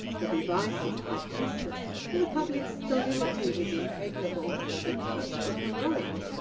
the device was quite useless, for the public's stolidity was impregnable. it touched the heroic.